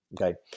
Okay